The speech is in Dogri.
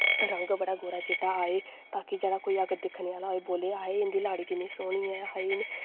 रंग बड़ा गोरा चिट्टा आए ताकि जेह्ड़ा कोई अगर दिक्खने आह्ला होए बोले हाय इंदी लाड़ी किन्नी सोह्नी ऐ हाय